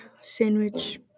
sandwich